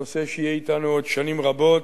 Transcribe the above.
הנושא שיהיה אתנו עוד שנים רבות,